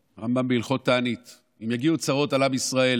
רמב"ם, בהלכות תענית: אם יגיעו צרות על עם ישראל,